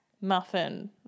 muffin